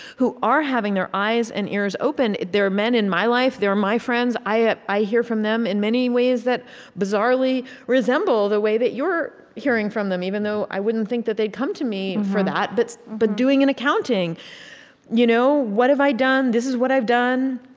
who are having their eyes and ears opened. they're men in my life they're my friends. i ah i hear from them in many ways that bizarrely resemble the way that you're hearing from them, even though i wouldn't think that they'd come to me for that, but but doing an accounting you know what have i done? this is what i've done.